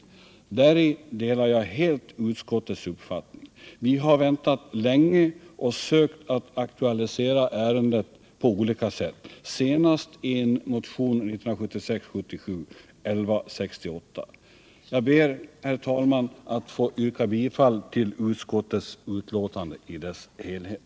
Jag delar helt utskottets uppfattning. Vi har väntat länge och sökt att aktualisera ärendet på olika sätt, senast i en motion 1976/77:1168. Jag ber, herr talman, att få yrka bifall till utskottets hemställan i dess helhet.